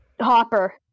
Hopper